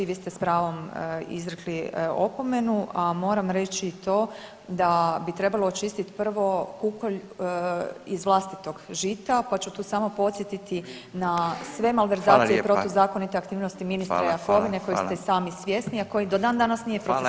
Vi ste s pravom izrekli opomenu, a moram reći i to da bi trebalo očistit prvo kukolj iz vlastitog žita, pa ću tu samo podsjetiti na sve malverzacije i protuzakonite aktivnosti ministra Jakovine kojeg ste i sami svjesni, a koji do dan danas nije procesuiran.